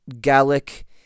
gallic